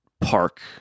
park